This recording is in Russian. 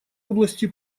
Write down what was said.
области